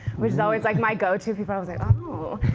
which is always like my go to. people are always like, oh.